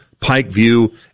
pikeview